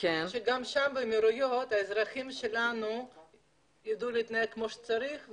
שגם שם באמירויות האזרחים שלנו ידעו להתנהג כמו שצריך,